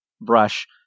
brush